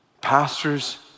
Pastors